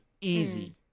easy